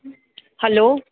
hello